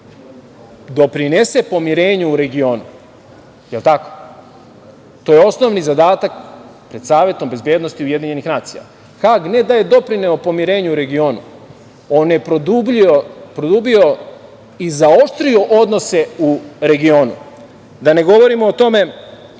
doprinese pomirenju u regionu. Jel tako? To je osnovni zadatak pred Savetom bezbednosti UN. Hag ne da je doprineo pomirenju u regionu, on je produbio i zaoštrio odnose u regionu. Da ne govorimo o tome